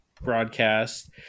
broadcast